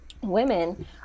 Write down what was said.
women